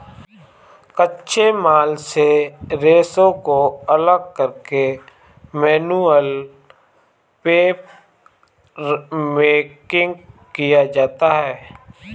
कच्चे माल से रेशों को अलग करके मैनुअल पेपरमेकिंग किया जाता है